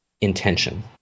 intention